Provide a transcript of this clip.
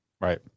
Right